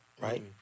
right